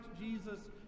Jesus